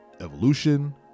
Evolution